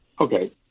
Okay